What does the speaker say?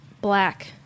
Black